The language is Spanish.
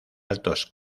altos